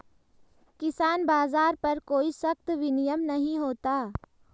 किसान बाज़ार पर कोई सख्त विनियम नहीं होता